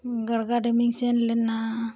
ᱜᱟᱲᱜᱟ ᱰᱮᱢᱤᱧ ᱥᱮᱱ ᱞᱮᱱᱟ